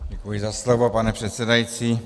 Děkuji za slovo, pane předsedající.